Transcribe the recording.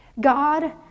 God